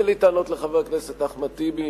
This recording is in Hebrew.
ואין לי טענות לחבר הכנסת אחמד טיבי,